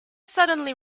suddenly